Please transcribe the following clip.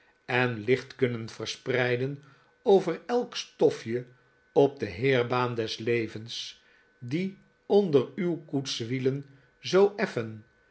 en licht kunnen verspreiden over elk stofje op de heirbaan des levens die onder uw koetswielen zoo effen